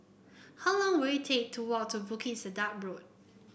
how long will it take to walk to Bukit Sedap Road